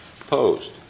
Opposed